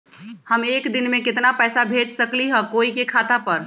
हम एक दिन में केतना पैसा भेज सकली ह कोई के खाता पर?